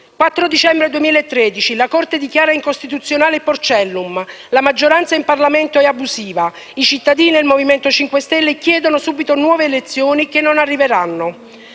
4 Dicembre 2013: la Corte dichiara incostituzionale il Porcellum, la maggioranza in Parlamento è abusiva. I cittadini e il Movimento 5 Stelle chiedono subito nuove elezioni, che non arriveranno.